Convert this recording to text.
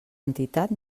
entitat